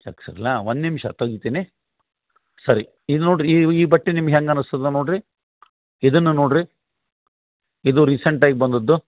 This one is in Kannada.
ಚಕ್ಸ್ ಇರಲಾ ಒಂದು ನಿಮಿಷ ತಗಿತೀನಿ ಸರಿ ಇದು ನೋಡ್ರಿ ಈ ಈ ಬಟ್ಟೆ ನಿಮ್ಗೆ ಹೆಂಗೆ ಅನಿಸ್ತದ ನೋಡ್ರಿ ಇದನ್ನು ನೋಡ್ರಿ ಇದು ರೀಸೆಂಟಾಗಿ ಬಂದದ್ದು